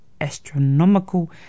Astronomical